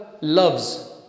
loves